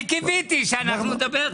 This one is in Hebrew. אני קיוויתי שאנחנו נדבר,